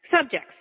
subjects